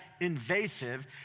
invasive